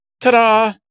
ta-da